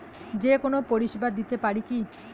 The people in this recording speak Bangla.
যে কোনো পরিষেবা দিতে পারি কি?